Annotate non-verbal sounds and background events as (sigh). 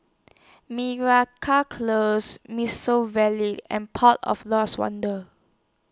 (unintelligible) Close Miso Vale and Port of Lost Wonder